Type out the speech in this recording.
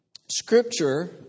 Scripture